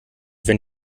wenn